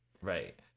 Right